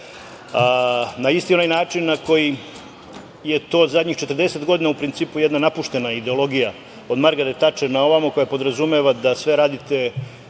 na isti onaj način na koji je to zadnjih 40 godina u principu jedna napuštena ideologija od Margaret Tačer naovamo, koja podrazumeva da sve radite